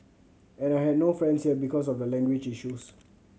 and I had no friends here because of the language issues